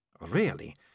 Really